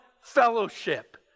fellowship